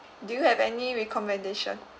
do you have any recommendation